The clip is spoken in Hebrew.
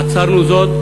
עצרנו זאת,